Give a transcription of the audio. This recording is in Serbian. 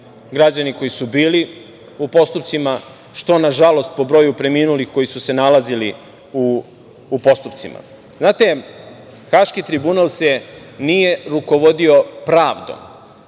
građani koji su bili u postupcima, što nažalost, po broju preminulih koji su se nalazili u postupcima. Znate, Haški tribunal se nije rukovodio pravdom,